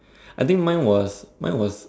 I think mine was mine was